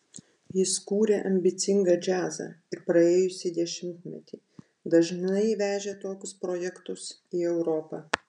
jis kūrė ambicingą džiazą ir praėjusį dešimtmetį dažnai vežė tokius projektus į europą